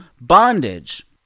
bondage